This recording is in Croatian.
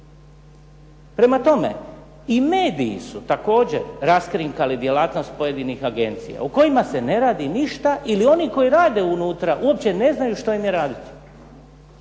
Prema tome, i mediji su također raskrinkali djelatnost pojedinih agencija u kojima se ne radi ništa ili oni koji rade unutra uopće ne znaju što im je raditi.